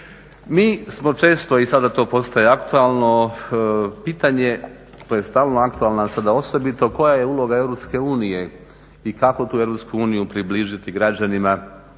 Mi smo često i sada to postaje aktualno, pitanje to je stalno aktualno a sada osobito, koja je uloga Europske unije i kako tu Europsku uniju približiti građanima